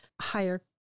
higher